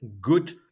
good